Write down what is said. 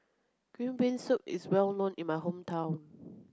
green bean soup is well known in my hometown